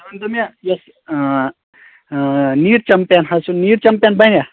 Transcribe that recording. تُہۍ ؤنۍ تو مےٚ یس ٲں ٲں نیٖٹ چمپین حظ چھِ نیٖٹ چمپین بَنیٚہ